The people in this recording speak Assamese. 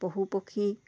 পশু পক্ষী